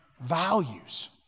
values